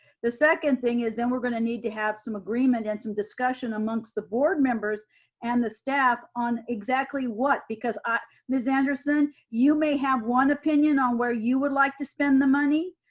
the second thing is then we're gonna need to have some agreement and some discussion amongst the board members and the staff on exactly what because ah miss anderson, you may have one opinion on where you would like to spend the money.